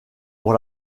pour